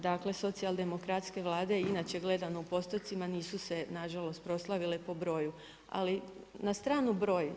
Dakle socijaldemokratske Vlade inače gledamo u postocima nisu se nažalost proslavile po broju, ali na stranu broj.